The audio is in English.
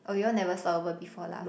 oh you'll never stopover before lah